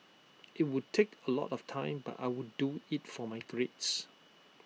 IT would take A lot of time but I would do IT for my grades